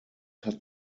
hat